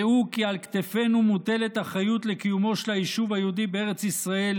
דעו כי על כתפנו מוטלת אחריות לקיומו של היישוב היהודי בארץ ישראל